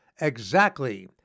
Exactly